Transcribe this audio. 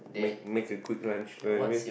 makes makes you good lunch right away